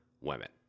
women